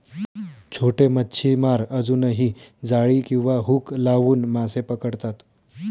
छोटे मच्छीमार अजूनही जाळी किंवा हुक लावून मासे पकडतात